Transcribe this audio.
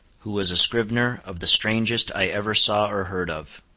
who was a scrivener of the strangest i ever saw or heard of.